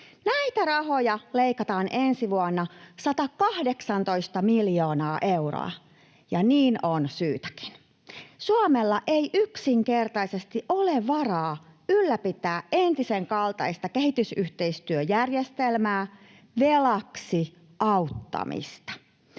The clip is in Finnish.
Näitä rahoja leikataan ensi vuonna 118 miljoonaa euroa, ja niin on syytäkin. Suomella ei yksinkertaisesti ole varaa ylläpitää entisen kaltaista kehitysyhteistyöjärjestelmää, velaksi auttamista.